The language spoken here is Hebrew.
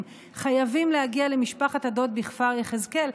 חייבים להגיע למשפחת הדוד בכפר יחזקאל,